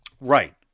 Right